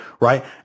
right